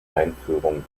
einführung